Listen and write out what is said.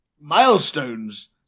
milestones